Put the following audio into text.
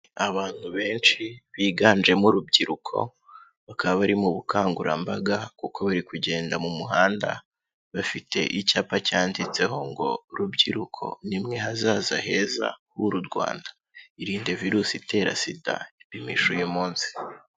Abantu benshi biganjemo urubyiruko, bakaba bari mu bukangurambaga kuko bari kugenda mu muhanda bafite icyapa cyanditseho ngo rubyiruko ni mwe hazaza heza h'uru Rwanda, irindi virusi itera Sida, ipimishe uyu munsi.